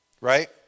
Right